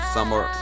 Summer